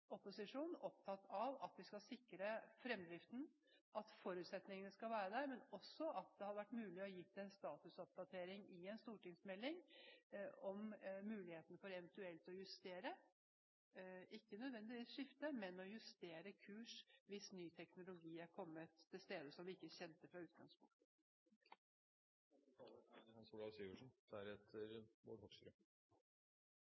opposisjonen er altså opptatt av at vi skal sikre fremdriften, at forutsetningene skal være der, men også at det hadde vært mulig å gi en statusoppdatering i en stortingsmelding om muligheten for eventuelt å justere – ikke nødvendigvis skifte, men justere – kurs hvis ny teknologi som vi i utgangspunktet ikke kjente,